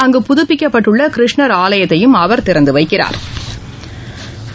அங்கு புதுப்பிக்கப்பட்டுள்ள கிருஷ்ணா் ஆலயத்தையும் திறந்து வைக்கிறாா்